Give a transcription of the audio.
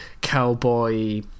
cowboy